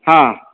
हां